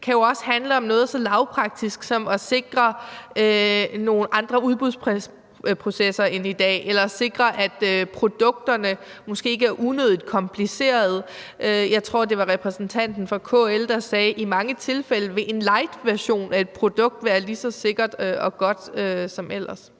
det jo også handle om noget så lavpraktisk som at sikre nogle andre udbudsprocesser end dem, der er i dag, eller sikre, at produkterne måske ikke er unødigt komplicerede. Jeg tror, at det var repræsentanten for KL, der sagde: I mange tilfælde vil en lightversion af et produkt være lige så sikker og god som en